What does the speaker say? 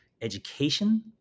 education